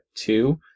two